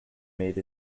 made